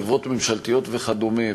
חברות ממשלתיות וכדומה,